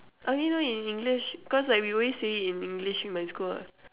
I only know in English cause like we always say it in English in my school [what]